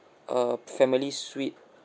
uh family suite